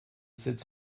sept